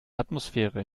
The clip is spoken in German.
atmosphäre